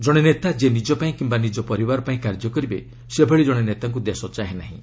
ଜଣେ ନେତା ଯିଏ ନିଜ ପାଇଁ କିୟା ନିଜ ପରିବାର ପାଇଁ କାର୍ଯ୍ୟ କରିବେ ସେଭଳି ଜଣେ ନେତାଙ୍କୁ ଦେଶ ଚାହେଁ ନାହିଁ